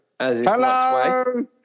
Hello